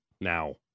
now